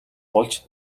болж